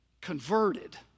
converted